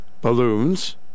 balloons